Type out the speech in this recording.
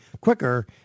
quicker